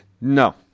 No